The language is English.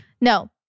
No